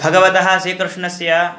भगवतः श्रीकृष्णस्य